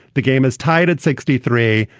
the game is tied at sixty three.